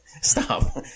Stop